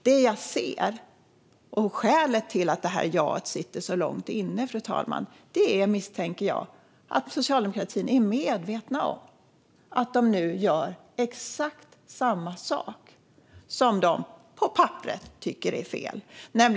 Det jag misstänker, och skälet till att detta ja sitter så långt inne, är att Socialdemokraterna är medvetna om att de nu gör exakt samma sak som de på papperet tycker är fel.